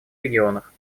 регионах